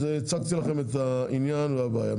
הצגתי לכם את העניין והבעיה.